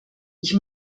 ich